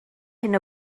hyn